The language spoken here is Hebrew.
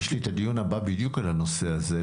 יש לי את הדיון הבא בדיוק על הנושא הזה,